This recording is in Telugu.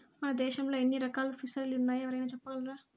మన దేశంలో ఎన్ని రకాల ఫిసరీలున్నాయో ఎవరైనా చెప్పగలరా